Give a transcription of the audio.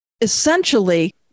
essentially